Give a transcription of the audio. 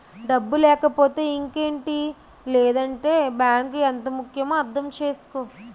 డబ్బు లేకపోతే ఇంకేటి లేదంటే బాంకు ఎంత ముక్యమో అర్థం చేసుకో